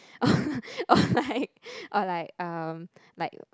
or like or like um